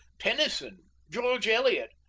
tennyson, george eliot,